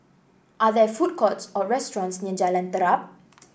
are there food courts or restaurants near Jalan Terap